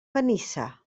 benissa